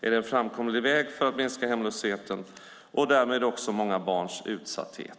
Är det en framkomlig väg för att minska hemlösheten och därmed många barns utsatthet?